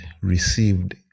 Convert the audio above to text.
received